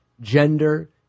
gender